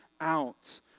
out